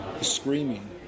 screaming